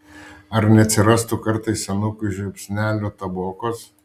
ar neatsirastų kartais senukui žiupsnelio tabokos